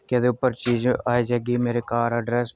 कैह्दे उप्पर चीज आई जाह्गी मेरे घर अड्रैस्स